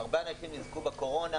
שהרבה אנשים ניזקו בקורונה,